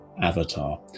avatar